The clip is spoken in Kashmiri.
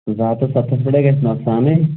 زٕ ہتھ تہٕ ستتھس پٮ۪ٹھ ہَے گژھِ نۄقصانٕے